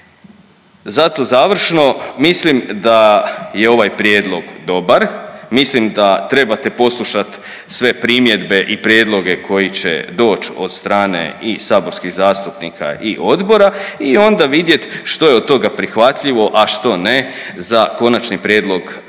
Zato završno mislim da je ovaj prijedlog dobar, mislim da trebate poslušat sve primjedbe i prijedloge koji će doći od strane i saborskih zastupnika i odbora i onda vidjet što je od toga prihvatljivo, a što ne za konačni prijedlog zakona